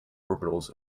orbitals